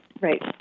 Right